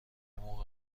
موقع